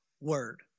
word